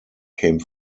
came